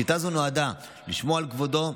שיטה זו נועדה לשמור על כבודו,